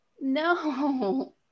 No